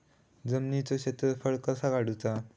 जमिनीचो क्षेत्रफळ कसा काढुचा?